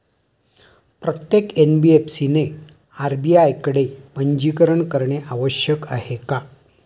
प्रत्येक एन.बी.एफ.सी ने आर.बी.आय कडे पंजीकरण करणे आवश्यक आहे का?